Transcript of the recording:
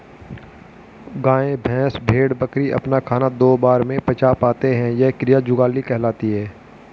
गाय, भैंस, भेड़, बकरी अपना खाना दो बार में पचा पाते हैं यह क्रिया जुगाली कहलाती है